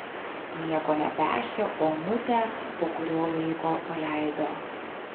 nieko nepešę onutę po kurio laiko paleido